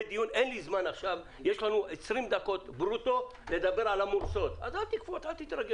יש לנו 20 דקות ברוטו לדבר על המורסות אז אל תתרגש.